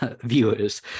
viewers